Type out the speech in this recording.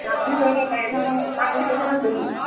ଚାଷୀ ବୋଲୋ ବାଇଗଣ କାକୁଡ଼ି କେତେ ନଉଛନ୍ତି